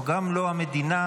גם לא המדינה,